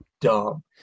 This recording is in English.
dumb